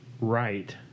right